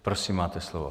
Prosím, máte slovo.